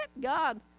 God